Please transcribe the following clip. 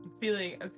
feeling